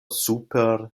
super